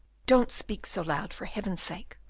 don't speak so loud, for heaven's sake!